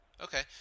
Okay